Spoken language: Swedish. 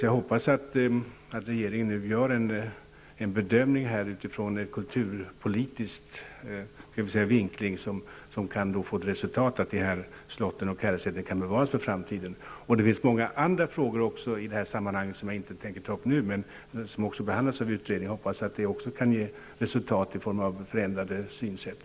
Jag hoppas att regeringen nu gör en bedömning från kulturpolitisk vinkel, som kan få till resultat att de här slotten och herresätena kan bevaras för framtiden. Det finns även många andra frågor i detta sammanhang, som jag inte tänker ta upp nu, men som behandlats av utredningen. Jag hoppas att resultat kan nås också i form av förändrade synsätt.